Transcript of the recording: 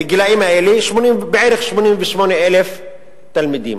בגילים האלה יש בערך 88,000 תלמידים.